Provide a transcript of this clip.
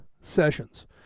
sessions